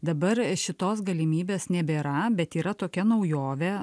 dabar šitos galimybės nebėra bet yra tokia naujovė